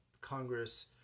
Congress